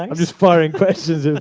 um just firing questions ah